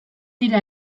dira